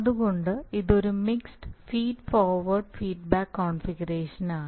അതുകൊണ്ട് ഇത് ഒരു മിക്സഡ് ഫീഡ് ഫോർവേഡ് ഫീഡ്ബാക്ക് കോൺഫിഗറേഷനാണ്